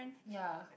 ya